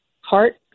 heart